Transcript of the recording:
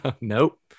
Nope